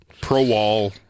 pro-wall